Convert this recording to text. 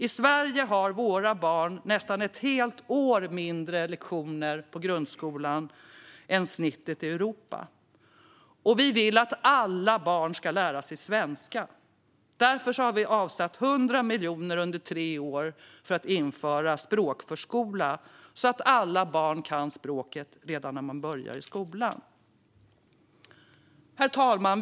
I Sverige har våra barn nästan ett helt år mindre lektioner i grundskolan än snittet i Europa. Vi vill att alla barn ska lära sig svenska. Därför har vi avsatt 100 miljoner under tre år för att införa språkförskola så att alla barn kan språket redan när de börjar skolan. Herr talman!